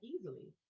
easily